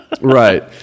Right